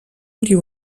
und